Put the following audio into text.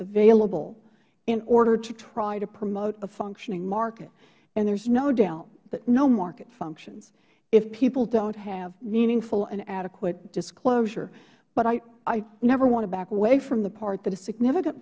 available in order to try to promote a functioning market and there is no doubt that no market functions if people don't have meaningful and adequate disclosure but i never want to back away from the part that a significant